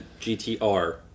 gtr